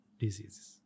diseases